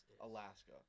Alaska